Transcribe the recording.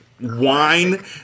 wine